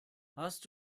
hast